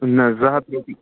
نہَ زٕ ہَتھ رۅپیہِ